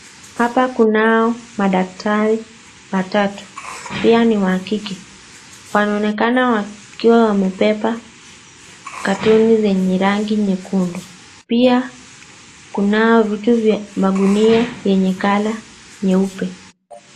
Hapa kunao madaktari watatu, pia ni wa kike. Wanaonekana wakiwa wamebeba katoni zenye rangi nyekundu. Pia kunao magunia yenye color nyeupe.